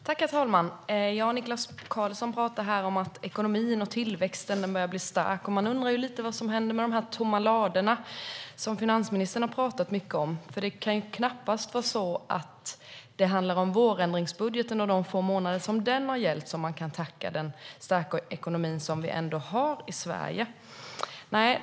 Herr talman! Niklas Karlsson talar om att ekonomin och tillväxten börjar bli stark. Man undrar lite vad som hände med de tomma ladorna, som finansministern har talat mycket om. Det kan knappast handla om vårändringsbudgeten och de få månader som den har gällt. Det kan inte vara detta man kan tacka den starka ekonomi som vi ändå har i Sverige för.